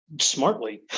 smartly